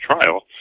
trial